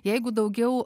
jeigu daugiau